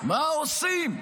מה עושים?